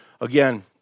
Again